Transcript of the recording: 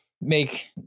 make